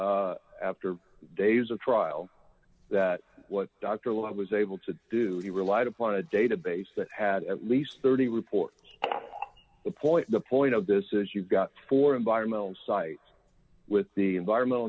note after days of trial that what dr lot was able to do he relied upon a database that had at least thirty reports a point the point of this is you've got four environmental sites with the environmental